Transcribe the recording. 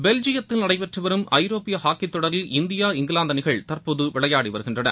பெல்ஜியத்தில் நடைபெற்று வரும் ஐரோப்பிய ஹாக்கித் தொடரில் இந்தியா இங்கிவாந்து அணிகள் தற்போது விளையாடி வருகின்றன